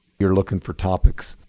you're looking for topics.